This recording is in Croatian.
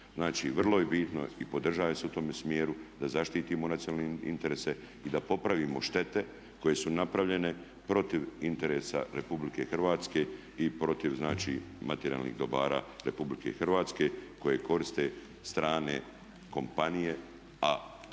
Znači vrlo je bitno i podržaje se u tome smjeru da zaštitimo nacionalne interese i da popravimo štete koje su napravljene protiv interesa Republike Hrvatske i protiv, znači materijalnih dobara Republike Hrvatske koje koriste strane kompanije,